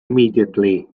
immediately